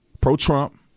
pro-Trump